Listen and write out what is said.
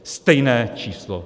Stejné číslo.